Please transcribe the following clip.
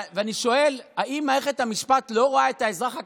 אני שואל, האם מערכת המשפט לא רואה את האזרח הקטן?